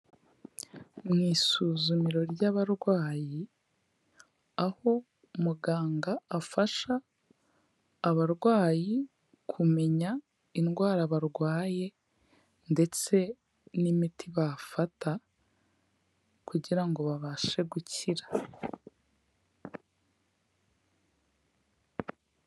Mu isuzumiro ry'abarwayi, aho muganga afasha abarwayi kumenya indwara barwaye ndetse n'imiti bafata kugira ngo babashe gukira.